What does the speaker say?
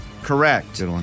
Correct